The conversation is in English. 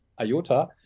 IOTA